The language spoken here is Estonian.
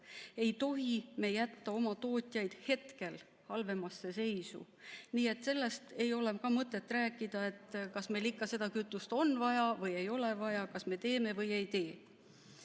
ei tohi me jätta oma tootjaid praegu halvemasse seisu. Nii et sellest ei ole mõtet rääkida, kas meil ikka on seda kütust vaja või ei ole vaja, kas me teeme või ei tee.